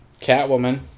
Catwoman